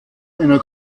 einer